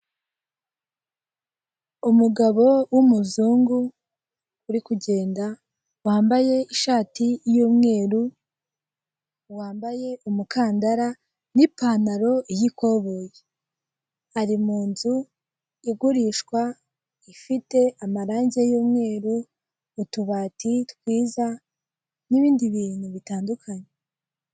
Umugabo w'umuzungu uri kugenda wambaye ishati y'umweru, wambaye umukandara n'ipantaro y'ikoboyi, ari mu nzu igurishwa ifite amarangi y'umweru, tubati twiza n'ibindi bintu bitandukanye.